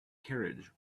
carriage